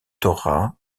torah